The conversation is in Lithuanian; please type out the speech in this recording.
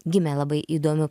gimė labai įdomiu